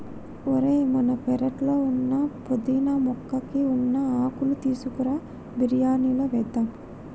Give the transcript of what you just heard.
ఓయ్ మన పెరట్లో ఉన్న పుదీనా మొక్కకి ఉన్న ఆకులు తీసుకురా బిరియానిలో వేద్దాం